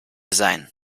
sein